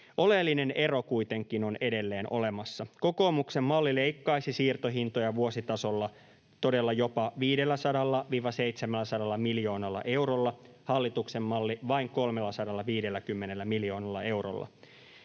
Oleellinen ero kuitenkin on edelleen olemassa. Kokoomuksen malli leikkaisi siirtohintoja vuositasolla todella jopa 500—700 miljoonalla eurolla, hallituksen malli vain 350 miljoonalla eurolla.